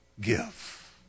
give